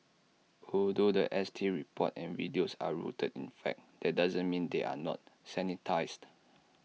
although The S T report and videos are rooted in fact that doesn't mean they are not sanitised